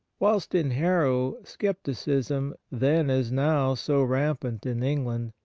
whilst in harrow, scepticism, then as now so rampant in england,